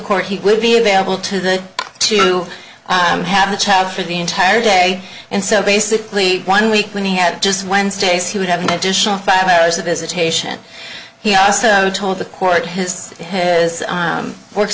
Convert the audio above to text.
court he would be available to the to have the child for the entire day and so basically one week when he had just wednesdays he would have an additional five hours of visitation he also told the court his head is work